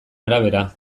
arabera